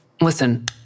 Listen